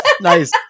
Nice